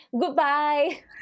Goodbye